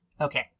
Okay